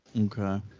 okay